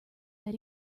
that